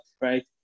right